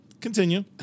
continue